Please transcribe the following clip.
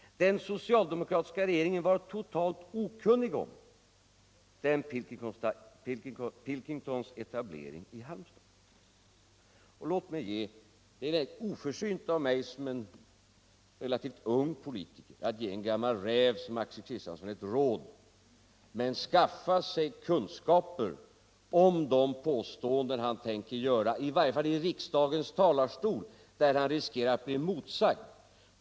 Den socialdemokratiska regeringen var totalt okunnig om Pilkingtons etablering i Halmstad. Det kan synas vara direkt oförsynt av mig. som är en relativt ung politiker, Finansdebatt Finansdebatt alt ge en gammal räv ett råd. men jag vill ändå göra det: Axel Kristiansson bör skaffa sig kunskaper om de påståenden han tänker göra — i varje fall här i riksdagens talarstol, där han riskerar att bli emotsagd.